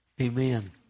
Amen